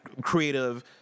creative